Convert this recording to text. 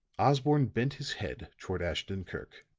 osborne bent his head toward ashton-kirk.